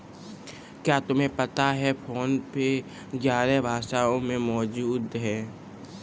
क्या तुम्हें पता है फोन पे ग्यारह भाषाओं में मौजूद है?